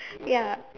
ya